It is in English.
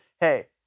hey